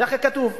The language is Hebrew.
ככה כתוב.